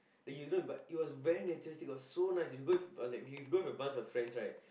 that you know but it was very naturistic it was so nice if you go with people like you go with a bunch of friends right